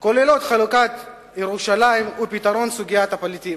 כולל חלוקת ירושלים ופתרון סוגיית הפליטים.